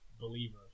believer